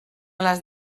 les